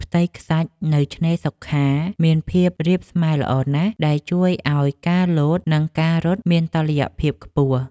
ផ្ទៃខ្សាច់នៅឆ្នេរសុខាមានភាពរាបស្មើល្អណាស់ ដែលជួយឱ្យការលោត និងការរត់មានតុល្យភាពខ្ពស់។